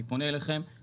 אני פונה אליכם,